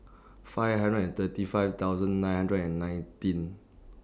five hundred and thirty five thousand nine hundred and nineteen